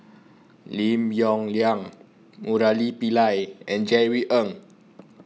Lim Yong Liang Murali Pillai and Jerry Ng